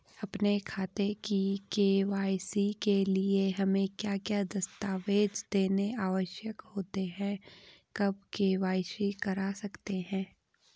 अपने खाते की के.वाई.सी के लिए हमें क्या क्या दस्तावेज़ देने आवश्यक होते हैं कब के.वाई.सी करा सकते हैं?